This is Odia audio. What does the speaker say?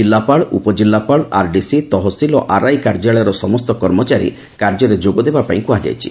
ଜିଲ୍ଲାପାଳ ଉପ ଜିଲ୍ଲାପାଳ ଆର୍ଡିସି ତହସିଲ ଓ ଆରଆଇ କାର୍ଯ୍ୟାଳୟର ସମସ୍ତ କର୍ମଚାରୀ କାର୍ଯ୍ୟରେ ଯୋଗ ଦେବା ପାଇଁ କୁହାଯାଇଛି